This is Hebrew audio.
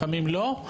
לפעמים לא.